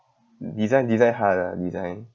design design hard ah design